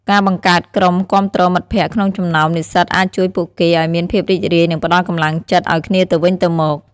ការបង្កើតក្រុមគាំទ្រមិត្តភ័ក្តិក្នុងចំណោមនិស្សិតអាចជួយពួកគេឱ្យមានភាពរីករាយនិងផ្ដល់កម្លាំងចិត្តឱ្យគ្នាទៅវិញទៅមក។